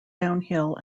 downhill